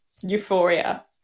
euphoria